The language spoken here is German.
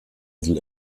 insel